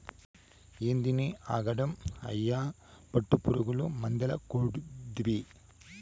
ఏందినీ ఆగడం, అయ్యి పట్టుపురుగులు మందేల కొడ్తివి